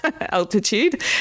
altitude